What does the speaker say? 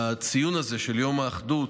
הציון הזה של יום האחדות